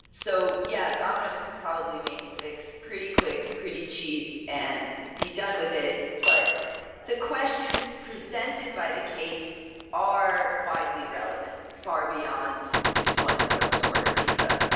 so, yeah, domino's could probably make a fix pretty quick, pretty cheap and be done with it but the questions presented by the case are widely relevant, far beyond this one custom order pizza.